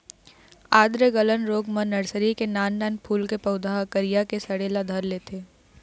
आद्र गलन रोग म नरसरी के नान नान फूल के पउधा ह करिया के सड़े ल धर लेथे